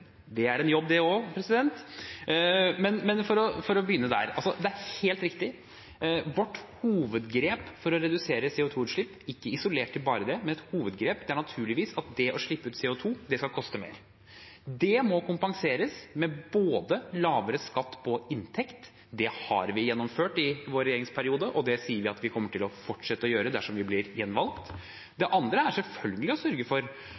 å begynne der. Det er helt riktig: Vårt hovedgrep for å redusere CO 2 -utslipp, og ikke isolert til bare det, men et hovedgrep, er naturligvis at det å slippe ut CO 2 skal koste mer. Det må kompenseres med både lavere skatt på inntekt – det har vi gjennomført i vår regjeringsperiode, og det sier vi at vi kommer til å fortsette å gjøre dersom vi blir gjenvalgt – og det andre er selvfølgelig å sørge for